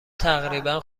تقریبا